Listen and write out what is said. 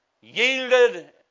yielded